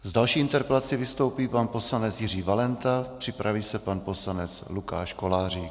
S další interpelací vystoupí pan poslanec Jiří Valenta, připraví se pan poslanec Lukáš Kolářík.